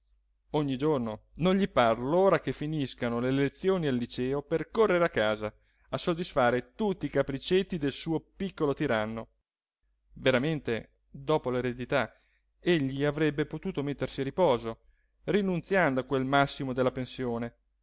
ogni giorno non gli par l'ora che finiscano le lezioni al liceo per correre a casa a soddisfare tutti i capriccetti del suo piccolo tiranno veramente dopo l'eredità egli avrebbe potuto mettersi a riposo rinunziando a quel massimo della pensione